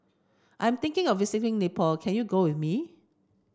I'm thinking of visiting Nepal can you go with me